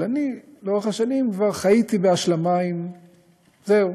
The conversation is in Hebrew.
אבל אני לאורך השנים כבר חייתי בהשלמה: זהו,